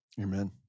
Amen